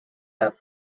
have